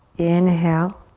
inhale.